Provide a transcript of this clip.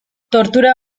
tortura